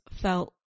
felt